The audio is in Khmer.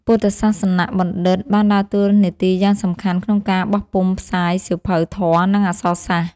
ពុទ្ធសាសនបណ្ឌិត្យបានដើរតួនាទីយ៉ាងសំខាន់ក្នុងការបោះពុម្ពផ្សាយសៀវភៅធម៌ និងអក្សរសាស្ត្រ។